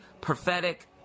prophetic